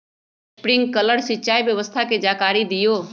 Sprinkler सिंचाई व्यवस्था के जाकारी दिऔ?